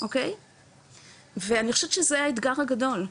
אוקי ואני חושבת שזה האתגר הגדול,